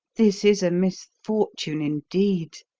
this is a misfortune, indeed.